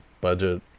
budget